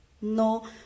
no